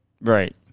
Right